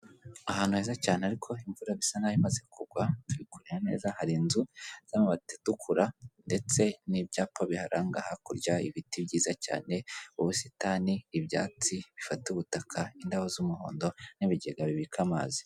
Ahantu heza cyane ariko imvura isa nkaho imaze kugwa kurera neza hari inzu z'amabati atukura ndetse n'ibyapa biharanga. Hakurya hari ibiti byiza cyane, ubusitani, ibyatsi bifata ubutaka, indabo z'umuhondo, n'ibigega bibika amazi.